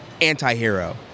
anti-hero